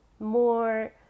more